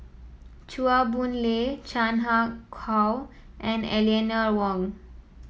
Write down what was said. Chua Boon Lay Chan Ah Kow and Eleanor Wong